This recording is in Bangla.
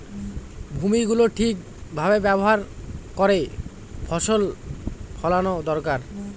ভূমি গুলো ঠিক ভাবে ব্যবহার করে ফসল ফোলানো দরকার